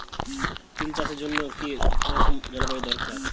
তিল চাষের জন্য কি রকম জলবায়ু দরকার?